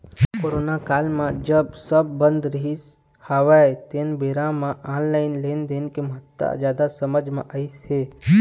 corona काल म जब सब बंद रहिस हवय तेन बेरा म ऑनलाइन लेनदेन के महत्ता जादा समझ मे अइस हे